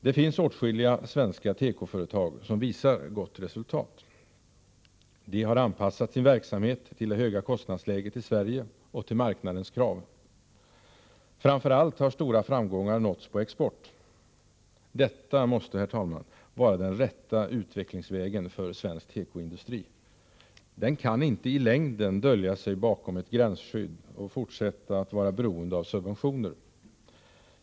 Det finns åtskilliga svenska tekoföretag som visar gott resultat. De har anpassat sin verksamhet till det höga kostnadsläget i Sverige och till marknadens krav. Framför allt har stora framgångar nåtts på export. Detta måste, herr talman, vara den rätta utvecklingsvägen för svensk tekoindustri. Den kan inte i längden dölja sig bakom ett gränsskydd och fortsätta att vara beroende av subventioner.